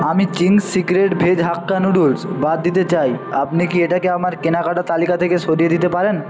আমি Ching's secret veg hakka noodles বাদ দিতে চাই আপনি কি এটাকে আমার কেনাকাটার তালিকা থেকে সরিয়ে দিতে পারেন